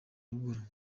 ruguru